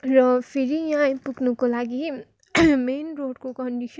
र फेरि यहाँ आइपुग्नुको लागि मेन रोडको कन्डिसन